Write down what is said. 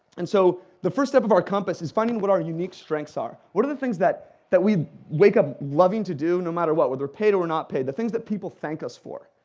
and so the first step of our compass is finding out what our unique strengths are. what are the things that that we wake up loving to do no matter what, whether we're paid or we're not paid, the things that people thank us for?